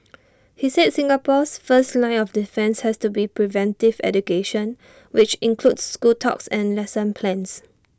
he said Singapore's first line of defence has to be preventive education which includes school talks and lesson plans